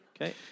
Okay